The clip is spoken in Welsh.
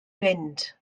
fynd